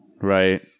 right